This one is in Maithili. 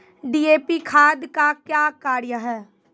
डी.ए.पी खाद का क्या कार्य हैं?